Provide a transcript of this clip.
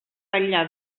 zaila